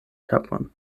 kapon